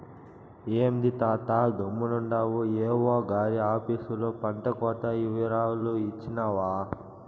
ఏంది తాతా గమ్మునుండావు ఏవో గారి ఆపీసులో పంటకోత ఇవరాలు ఇచ్చినావా